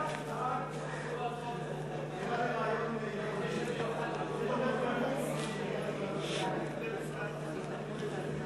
אי-אמון בממשלה לא נתקבלה.